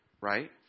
right